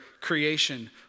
creation